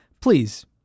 please